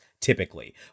typically